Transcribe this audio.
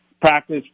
practice